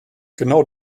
genau